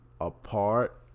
apart